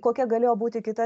kokia galėjo būti kita